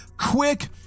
quick